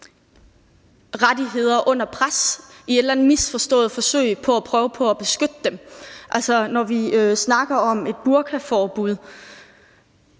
frihedsrettigheder under pres i et eller andet misforstået forsøg på at prøve på at beskytte dem, altså når vi snakker om et burkaforbud.